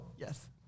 Yes